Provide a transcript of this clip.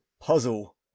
puzzle